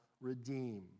redeem